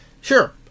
Sure